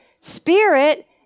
spirit